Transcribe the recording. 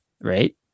right